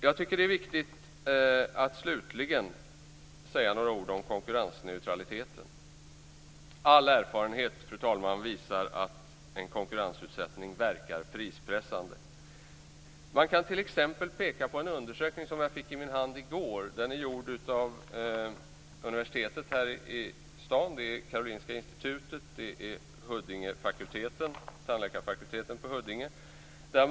Jag tycker slutligen att det är viktigt att säga några ord om konkurrensneutraliteten. Fru talman! All erfarenhet visar att en konkurrensutsättning verkar prispressande. Jag kan t.ex. peka på en undersökning som jag fick i min hand i går. Den är gjord av Stockholms universitet, Karolinska institutet och tandläkarfakulteten på Huddinge sjukhus.